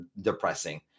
depressing